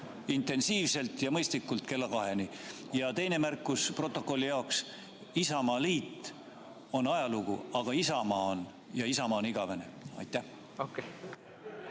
intensiivselt ja mõistlikult kella kaheni. Ja teine märkus protokolli jaoks: Isamaaliit on ajalugu, aga Isamaa on ja Isamaa on igavene. Aitäh!